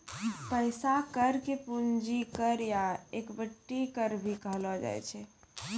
पैसा कर के पूंजी कर या इक्विटी कर भी कहलो जाय छै